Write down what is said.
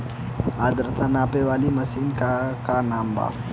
आद्रता नापे वाली मशीन क का नाव बा?